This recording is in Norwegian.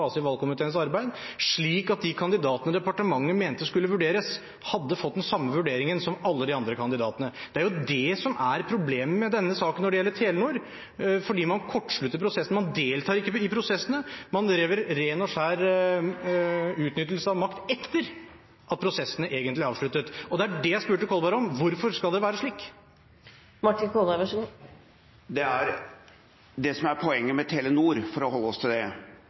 valgkomiteens arbeid, slik at de kandidatene departementet mente skulle vurderes, hadde fått den samme vurderingen som alle de andre kandidatene. Det er det som er problemet med denne saken når det gjelder Telenor. Man kortslutter prosessen, man deltar ikke i prosessen, man driver ren og skjær utnyttelse av makt etter at prosessen egentlig er avsluttet. Det er det jeg spurte Kolberg om: Hvorfor skal det være slik? Det som er poenget med Telenor – for å holde oss til det